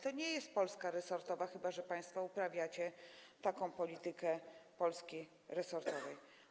To nie jest Polska resortowa, chyba że państwo uprawiacie taką politykę - Polski resortowej.